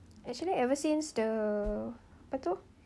actually ever since the apa itu